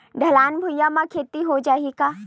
ढलान भुइयां म खेती हो जाही का?